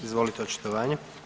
Izvolite očitovanje.